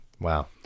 Wow